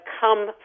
come